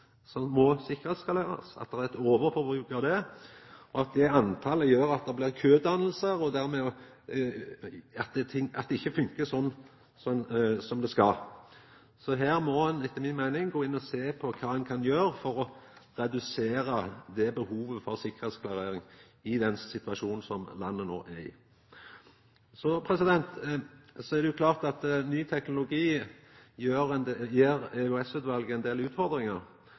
som må sikkerheitsklarerast – at det er eit overforbruk av det, og at det talet gjer at det blir kødanningar, og dermed funkar det ikkje som det skal. Her må ein etter mi meining gå inn og sjå på kva ein kan gjera for å redusera det behovet for sikkerheitsklarering i den situasjonen som landet no er i. Så er det klart at ny teknologi gjev EOS-utvalet ein